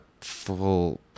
full